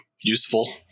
useful